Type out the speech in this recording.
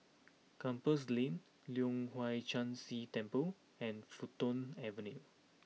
Compassvale Lane Leong Hwa Chan Si Temple and Fulton Avenue